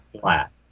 flat